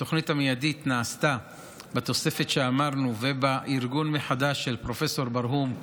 התוכנית המיידית נעשתה בתוספת שאמרנו ובארגון מחדש של פרופ' ברהום,